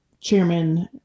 chairman